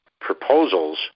proposals